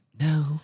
no